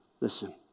listen